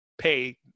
pay